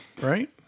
right